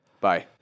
Bye